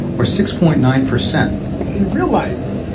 or six point nine percent in real life,